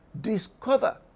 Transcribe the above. discover